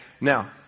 Now